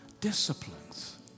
disciplines